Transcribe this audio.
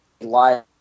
live